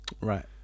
Right